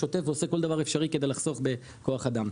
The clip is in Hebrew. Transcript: שוטף ועושה כל דבר אפשרי כדי לחסוך בכוח אדם.